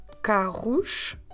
Carros